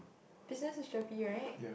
business is GERPE right